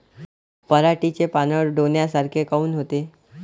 पराटीचे पानं डोन्यासारखे काऊन होते?